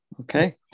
Okay